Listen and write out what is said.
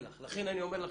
לכן אני אומר לכם,